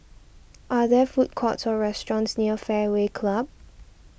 are there food courts or restaurants near Fairway Club